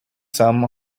some